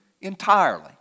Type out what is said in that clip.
entirely